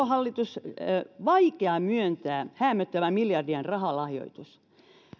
hallitus vaikea myöntää häämöttävä miljardien rahalahjoitus